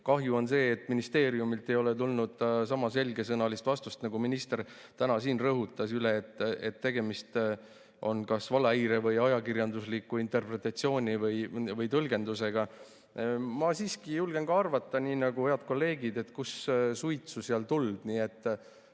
Kahju on sellest, et ministeeriumilt ei ole tulnud sama selgesõnalist vastust, nagu minister täna siin rõhutas, et tegemist on kas valehäire või ajakirjandusliku interpretatsiooni või tõlgendusega. Ma siiski julgen ka arvata, nii nagu head kolleegid, et kus suitsu, seal tuld.